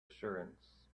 assurance